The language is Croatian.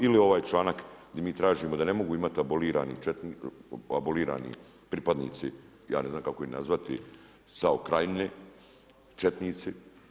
Ili ovaj članak gdje mi tražimo da ne mogu imati abolirani pripadnici ja ne znam kako ih nazvati SAO krajine, četnici.